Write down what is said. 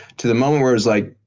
to the moment where it was like,